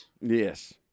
Yes